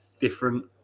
different